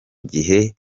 gihe